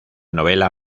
novela